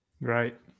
right